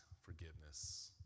forgiveness